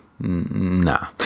Nah